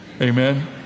Amen